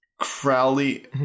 Crowley